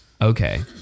Okay